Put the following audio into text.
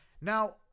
now